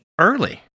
early